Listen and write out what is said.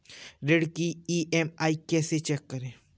ऋण की ई.एम.आई कैसे चेक करें?